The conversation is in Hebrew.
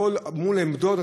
הכול מול עמדות.